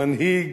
מנהיג,